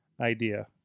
idea